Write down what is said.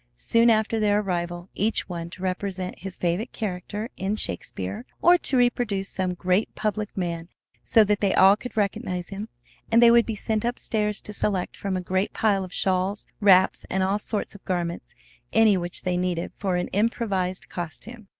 soon after their arrival, each one to represent his favorite character in shakespeare, or to reproduce some great public man so that they all could recognize him and they would be sent up-stairs to select from a great pile of shawls, wraps, and all sorts of garments any which they needed for an improvised costume.